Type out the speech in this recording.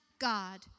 God